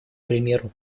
примеру